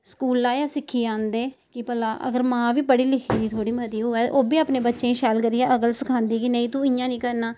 स्कूला गै सिक्खियै औंदे कि भला अगर मां बी पढ़ी लिखी दी थोह्ड़ी मती होऐ ओह् बी बच्चें गी शैल अकल सखांदी कि नेईं तूं इ'यां निं करना